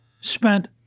spent